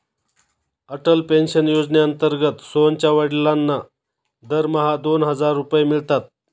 Atal pension योजनेअंतर्गत सोहनच्या वडिलांना दरमहा दोन हजार रुपये मिळतात